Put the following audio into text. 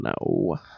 No